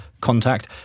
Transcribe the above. CONTACT